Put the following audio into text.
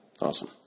Awesome